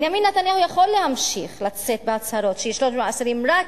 בנימין נתניהו יכול להמשיך לצאת בהצהרות שישלול מאסירים רק